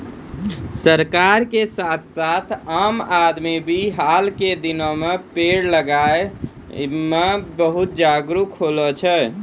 सरकार के साथ साथ आम आदमी भी हाल के दिनों मॅ पेड़ लगाय मॅ बहुत जागरूक होलो छै